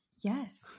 Yes